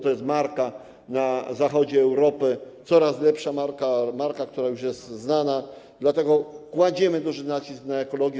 To jest marka na zachodzie Europy, coraz lepsza marka, marka, która już jest znana, dlatego kładziemy duży nacisk na ekologię.